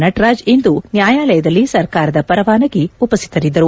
ನಟರಾಜ್ ಇಂದು ನ್ಯಾಯಾಲಯದಲ್ಲಿ ಸರ್ಕಾರದ ಪರವಾಗಿ ಉಪಸ್ತಿತರಿದ್ದರು